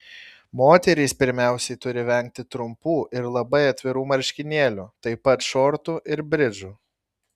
moterys pirmiausiai turi vengti trumpų ir labai atvirų marškinėlių taip pat šortų ir bridžų